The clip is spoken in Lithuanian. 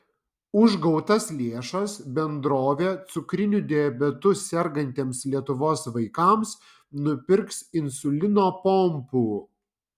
už gautas lėšas bendrovė cukriniu diabetu sergantiems lietuvos vaikams nupirks insulino pompų